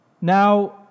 Now